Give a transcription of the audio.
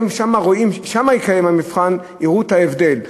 אם שם יתקיים המבחן, יראו את ההבדל.